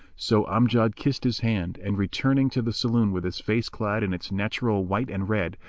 so amjad kissed his hand, and, returning to the saloon with his face clad in its natural white and red,